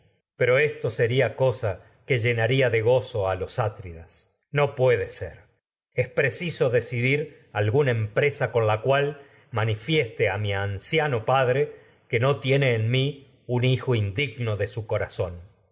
mi a sería cosa que llenaría de gozo los em atridas no puede ser es preciso a decidir alguna presa con tiene en la cual manifieste un mi anciano padre su que no mí hijo indigno de corazón